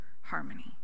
harmony